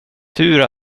tur